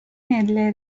nelle